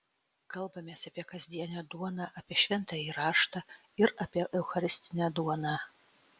kalbamės apie kasdienę duoną apie šventąjį raštą ir apie eucharistinę duoną